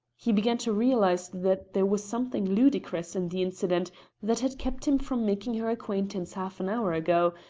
he began to realise that there was something ludicrous in the incident that had kept him from making her acquaintance half an hour ago,